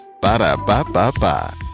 Ba-da-ba-ba-ba